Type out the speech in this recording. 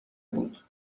بود